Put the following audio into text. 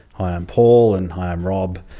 hi i'm paul and, hi i'm rob.